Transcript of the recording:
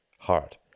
Heart